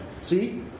See